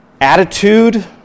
attitude